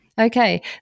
Okay